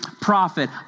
prophet